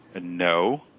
No